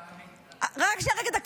--- רק שנייה, רגע.